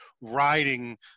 riding